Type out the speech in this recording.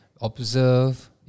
observe